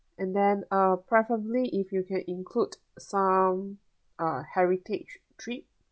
and then uh preferably if you can include some uh heritage trip